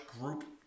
group